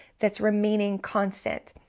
that's remaining constant.